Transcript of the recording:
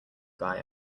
guy